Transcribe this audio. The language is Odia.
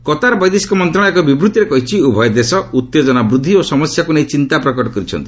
କତାର୍ ବୈଦେଶିକ ମନ୍ତ୍ରଣାଳୟ ଏକ ବିବୃତ୍ତିରେ କହିଛି ଉଭୟ ଦେଶ ଉତ୍ତେଜନା ବୃଦ୍ଧି ଓ ସମସ୍ୟାକୁ ନେଇ ଚିନ୍ତା ପ୍ରକଟ କରିଛନ୍ତି